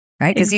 right